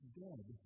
dead